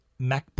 MacBook